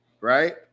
right